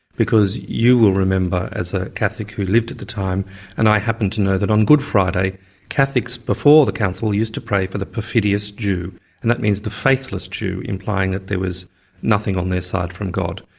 because you will remember as a catholic who lived at the time and i happen to know that on good friday catholics, before the council, used to pray for the perfidious jew and that means the faithless jew, implying that there was nothing on their side from god.